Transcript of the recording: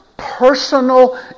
personal